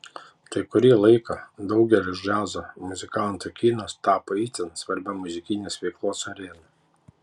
tad kurį laiką daugeliui džiazo muzikantų kinas tapo itin svarbia muzikinės veiklos arena